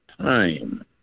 time